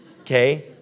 okay